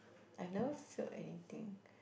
I've never failed anything